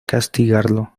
castigarlo